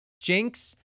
jinx